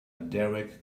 derek